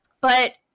But-